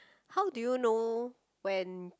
how do you know when